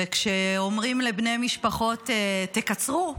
וכשאומרים לבני משפחות: תקצרו,